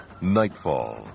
Nightfall